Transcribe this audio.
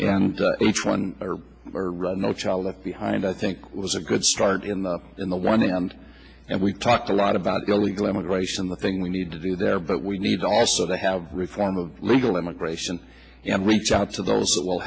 and each one are right no child left behind i think was a good start in the in the one hand and we talked a lot about illegal immigration the thing we need to do there but we need also to have reform of legal immigration and reach out to those that will